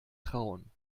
trauen